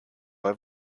bei